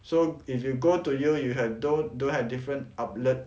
so if you go to you you have don't don't have different outlets